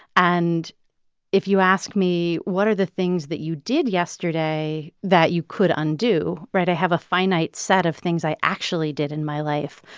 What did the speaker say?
and if you ask me, what are the things that you did yesterday that you could undo right? i have a finite set of things i actually did in my life.